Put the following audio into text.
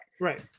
right